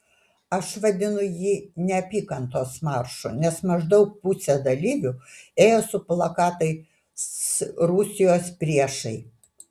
aš vadinu jį neapykantos maršu nes maždaug pusė dalyvių ėjo su plakatais rusijos priešai